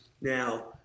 Now